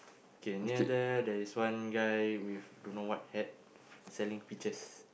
K near there there's one guy with don't know what hat selling peaches